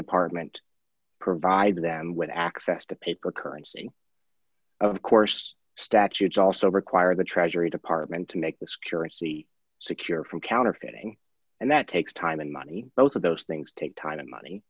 department provide them with access to paper currency of course statutes also require the treasury department to make the security secure from counterfeiting and that takes time and money both of those things take time and money